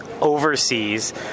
Overseas